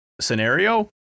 scenario